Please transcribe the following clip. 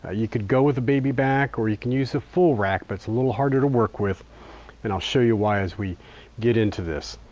ah you could go with the baby back or you can use a full rack but it's a little harder to work with and i'll show you why as we get into this.